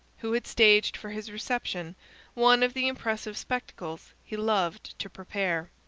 who had staged for his reception one of the impressive spectacles he loved to prepare.